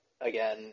Again